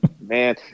man